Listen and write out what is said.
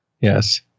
Yes